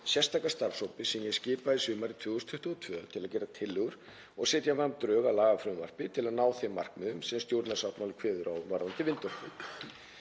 sérstaka starfshópi sem ég skipaði sumarið 2022 til að gera tillögur og sem drög að lagafrumvarpi til að ná þeim markmiðum sem stjórnarsáttmálinn kveður á um varðandi vindorku.